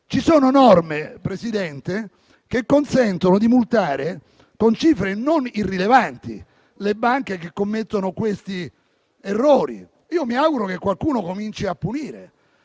Ci sono norme che consentono di multare con cifre non irrilevanti le banche che commettono siffatti errori e io mi auguro che qualcuno cominci a punire.